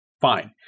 fine